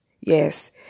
yes